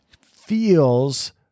feels